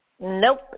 Nope